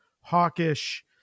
hawkish